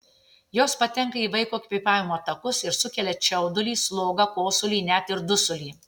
jos patenka į vaiko kvėpavimo takus ir sukelia čiaudulį slogą kosulį net ir dusulį